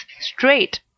straight